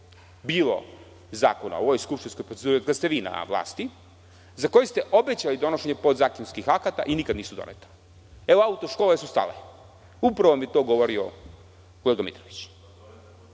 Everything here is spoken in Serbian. bilo zakona u ovoj skupštinskoj proceduri od kada ste vi na vlasti, za koje ste obećali donošenje podzakonskih akata i nikada nisu doneta? Evo, auto-škole su stale. Upravo vam je to govorio kolega Mitrović.